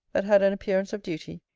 that had an appearance of duty,